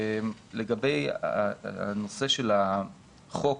לגבי הנושא של החוק